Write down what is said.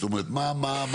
זאת אומרת מה ההבדל?